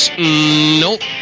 Nope